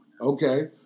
okay